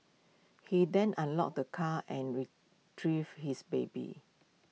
he then unlocked the car and retrieved his baby